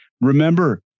Remember